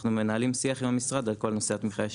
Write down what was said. אנחנו מנהלים שיח עם המשרד על כל נושא התמיכה הישירה.